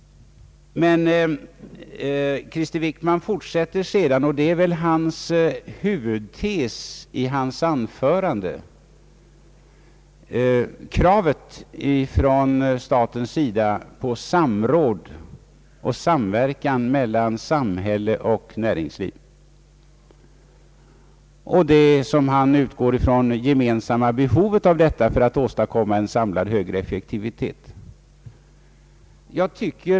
Men statsrådet Wickman fortsätter — och det är huvudtesen i hans anförande — och talar om kravet från statens sida på samråd och samverkan mellan samhälle och näringsliv och om det enligt hans uppfattning gemensamma behovet därav för att totalt åstadkomma en högre effektivitet.